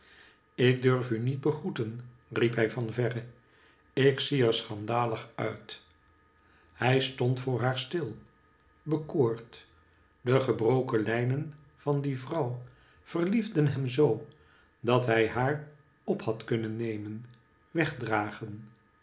ik durf u niet begroeten riep hij van verre ik zie er schandalig uit hij stond voor haar stil bekoord de gebroken lijnen van die vrouw verliefden hem zoo dat hij haar op had kunnen nemen wegdragen